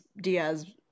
Diaz